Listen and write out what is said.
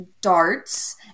darts